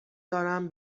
دارم